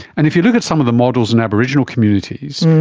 and if you look at some of the models in aboriginal communities,